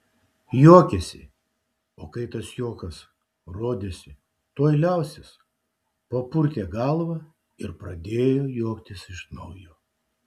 juokėsi o kai tas juokas rodėsi tuoj liausis papurtė galvą ir pradėjo juoktis iš naujo